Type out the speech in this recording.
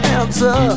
answer